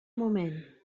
moment